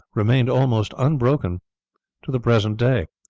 remained almost unbroken to the present day.